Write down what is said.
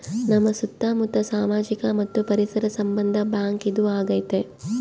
ನಮ್ ಸುತ್ತ ಮುತ್ತ ಸಾಮಾಜಿಕ ಮತ್ತು ಪರಿಸರ ಸಂಬಂಧ ಬ್ಯಾಂಕ್ ಇದು ಆಗೈತೆ